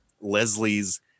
Leslie's